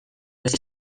beste